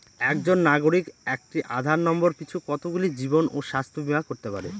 একজন নাগরিক একটি আধার নম্বর পিছু কতগুলি জীবন ও স্বাস্থ্য বীমা করতে পারে?